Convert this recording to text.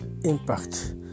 impact